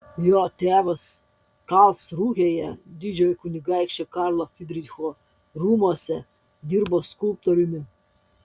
jo tėvas karlsrūhėje didžiojo kunigaikščio karlo frydricho rūmuose dirbo skulptoriumi